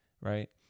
right